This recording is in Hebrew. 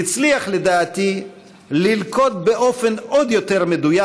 הצליח לדעתי ללכוד באופן עוד יותר מדויק